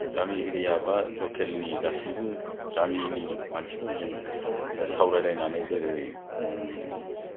गामि एरिया बा लकेलनि गासैबो गामिनि मानसिफोरजों सावरायलायनानै जेरै